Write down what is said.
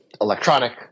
electronic